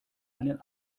einen